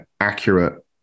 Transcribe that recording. accurate